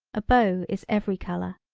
a bow is every color.